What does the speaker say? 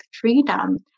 freedom